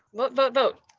vote, vote, vote.